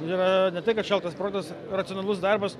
yra ne tai kad šaltas protas racionalus darbas